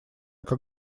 как